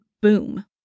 boom